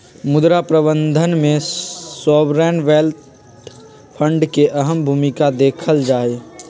मुद्रा प्रबन्धन में सॉवरेन वेल्थ फंड के अहम भूमिका देखल जाहई